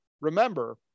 remember